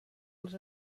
els